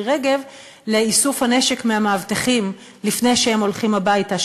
רגב לאיסוף הנשק מהמאבטחים לפני שהם הולכים הביתה,